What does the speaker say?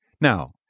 Now